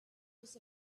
was